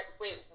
wait